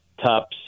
top